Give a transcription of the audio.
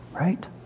right